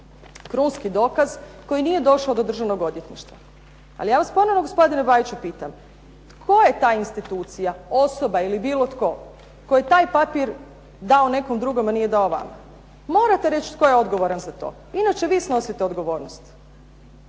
krunski dokaz koji nije došao do Državnog odvjetništva. Ali ja vas ponovno gospodine Bajiću pitam. Tko je ta institucija, osoba ili bilo tko, koji je papir dao nekom drugom, a nije dao vama? Morate reći tko je odgovoran za to, inače vi snosite odgovornost.